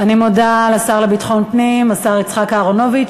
אני מודה לשר לביטחון פנים, השר יצחק אהרונוביץ.